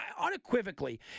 unequivocally